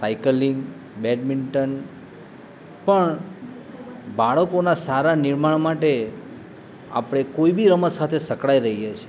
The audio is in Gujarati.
સાઈકલિંગ બેડમિન્ટન પણ બાળકોના સારા નિર્માણ માટે આપણે કોઈ બી રમત સાથે સંકળાઈ રહીએ છે